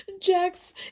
Jax